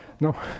No